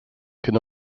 can